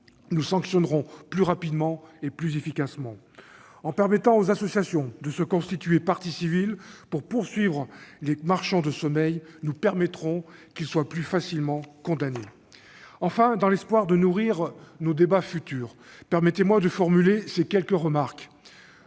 nous sanctionnerons plus rapidement et plus efficacement. En permettant aux associations de se constituer partie civile pour poursuivre les marchands de sommeil, nous permettrons qu'ils soient plus facilement condamnés. Enfin, dans l'espoir de nourrir nos débats futurs, permettez-moi de formuler ces quelques remarques.